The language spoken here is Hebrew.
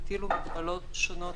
הטילו מגבלות שונות